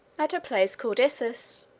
at a place called issus.